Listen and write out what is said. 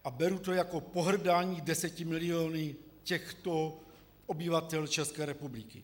A beru to jako pohrdání deseti miliony těchto obyvatel České republiky.